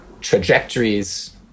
trajectories